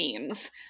memes